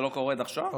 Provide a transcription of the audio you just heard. זה לא קורה עד עכשיו?